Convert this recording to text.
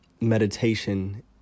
meditation